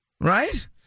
Right